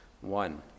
one